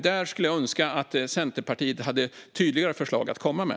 Där skulle jag önska att Centerpartiet hade tydligare förslag att komma med.